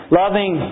loving